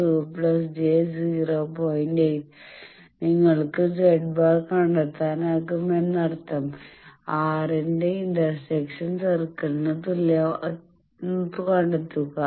8 നിങ്ങൾക്ക് z̄ കണ്ടെത്താം എന്നർത്ഥം R ന്റെ ഇന്റർസെക്ഷൻ 2 സർക്കിളിന് തുല്യമാണെന്ന് കണ്ടെത്തുക